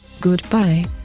Goodbye